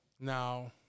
Now